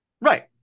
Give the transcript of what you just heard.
Right